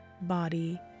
body